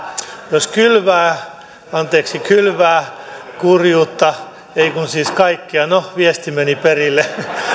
jos kylvää anteeksi kurjuutta ei kun siis kaikkea no viesti meni perille